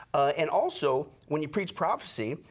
and also when you preach prophecy,